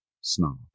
snob